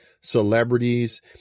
celebrities